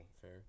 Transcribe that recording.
Fair